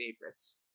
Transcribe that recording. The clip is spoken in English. favorites